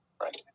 Right